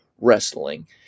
wrestling